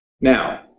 Now